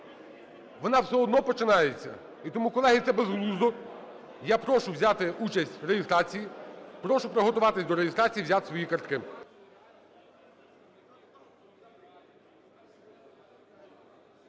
вона все одно починається. І тому, колеги, це безглуздо. Я прошу взяти участь в реєстрації. Прошу приготуватися до реєстрації і взяти свої картки.